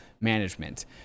management